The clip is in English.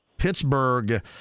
Pittsburgh